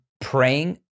praying